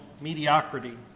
mediocrity